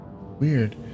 Weird